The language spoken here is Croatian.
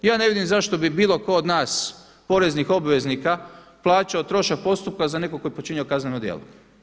Ja ne vidim zašto bi bilo tko od nas poreznih obveznika plaćao trošak postupka za nekoga tko je počinio kazneno djelo.